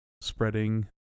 Spreading